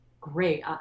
great